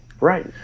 Right